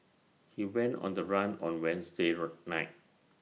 he went on the run on Wednesday night